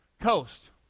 coast